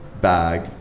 bag